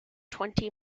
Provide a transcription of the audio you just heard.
twenty